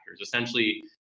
essentially